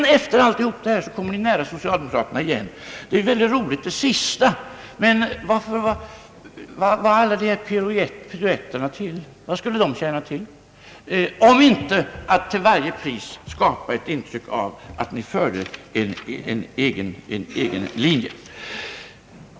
Nå, efter allt detta närmar ni er socialdemokraterna igen. Det är i och för sig roligt. Men vad skulle alla de här piruetterna tjäna till — om inte att till varje pris söka skapa ett intryck av att ni förde en egen linje?